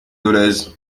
dolez